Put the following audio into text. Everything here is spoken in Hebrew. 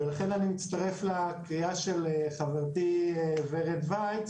ולכן אני מצטרף לקריאה של חברתי ורד וייץ